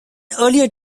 earlier